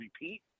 repeat